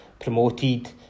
promoted